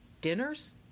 Dinners